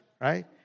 right